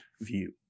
view